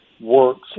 works